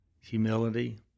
humility